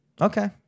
okay